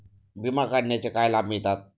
विमा काढण्याचे काय लाभ मिळतात?